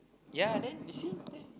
ya then you see there